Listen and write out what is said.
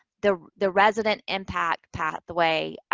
the the resident impact pathway,